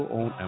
on